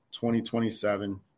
2027